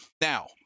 Now